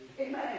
Amen